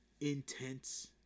intense